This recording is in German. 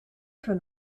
für